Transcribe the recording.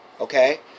okay